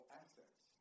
assets